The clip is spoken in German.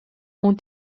und